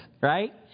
right